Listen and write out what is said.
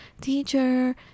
teacher